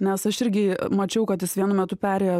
nes aš irgi mačiau kad jis vienu metu perėjo